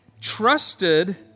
trusted